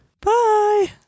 Bye